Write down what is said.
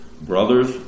Brothers